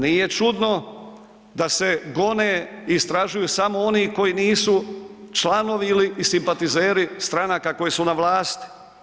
Nije čudno da se gone i istražuju samo oni koji nisu članovi ili i simpatizeri stranaka koje su na vlasti.